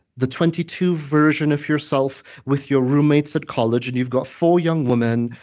the twenty two version of yourself with your roommates at college, and you've got four young women,